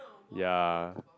ya